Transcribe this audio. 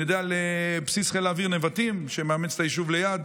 אני יודע על בסיס חיל האוויר נבטים שמאמץ את היישוב ליד,